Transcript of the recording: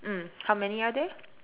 mm how many are there